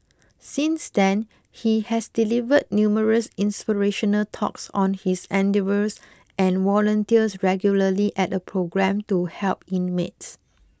since then he has delivered numerous inspirational talks on his endeavours and volunteers regularly at a programme to help inmates